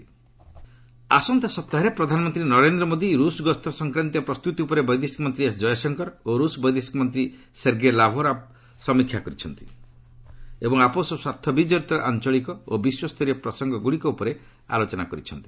Jaishankar Russia ଆସନ୍ତା ସପ୍ତାହରେ ପ୍ରଧାନମନ୍ତ୍ରୀ ନରେନ୍ଦ୍ର ମୋଦୀ ରୁଷ ଗସ୍ତ ସଂକ୍ରାନ୍ତୀୟ ପ୍ରସ୍ତୁତି ଉପରେ ବୈଦେଶିକ ମନ୍ତ୍ରୀ ଏସ୍ ଜୟଶଙ୍କର ଓ ରୁଷ ବୈଦେଶିକ ମନ୍ତ୍ରୀ ସେର୍ଗେ ଲାଭାରୋଙ୍କ ସମୀକ୍ଷା କରିଛନ୍ତି ଏବଂ ଆପୋଷ ସ୍ୱାର୍ଥ ବିକଡ଼ିତ ଆଞ୍ଚଳିକ ଓ ବିଶ୍ୱସ୍ତରୀୟ ପ୍ରସଙ୍ଗଗୁଡ଼ିକ ଉପରେ ଆଲୋଚନା କରିଛନ୍ତି